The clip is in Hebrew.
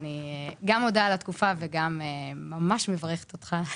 אני גם מודה על התקופה וממש מברכת אותך.